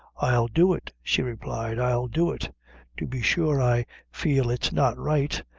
i'll do it, she replied, i'll do it to be sure i feel it's not right,